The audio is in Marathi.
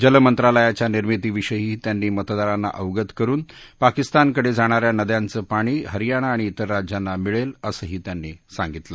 जल मंत्रालयाच्या निर्मितीविषयीही त्यांनी मतदारांना अवगत करून पाकिस्तानकडे जाणाऱ्या नद्यांचे पाणी हरियाणा आणि इतर राज्यांना मिळेल असंही त्यांनी सांगितलं